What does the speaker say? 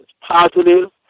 positive